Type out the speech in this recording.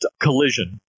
collision